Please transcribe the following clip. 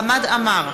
אינה נוכחת חמד עמאר,